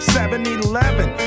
7-Eleven